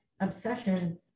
obsession